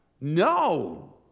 no